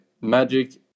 magic